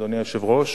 אדוני היושב-ראש,